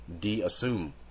de-assume